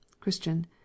Christian